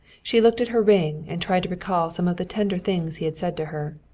she looked at her ring and tried to recall some of the tender things he had said to her.